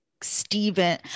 Stephen